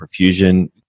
perfusion